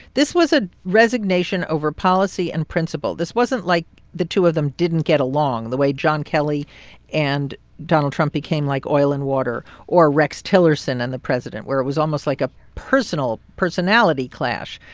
this was a resignation over policy and principle. this wasn't like the two of them didn't get along the way john kelly and donald trump became like oil and water or rex tillerson and the president, where it was almost like a personal personality clash.